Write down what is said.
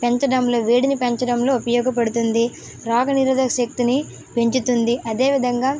పెంచడంలో వేడిని పెంచడంలో ఉపయోగపడుతుంది రోగనిరోధక శక్తిని పెంచుతుంది అదే విధంగా